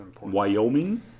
Wyoming